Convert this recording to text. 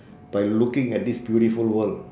by looking at this beautiful world